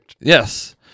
Yes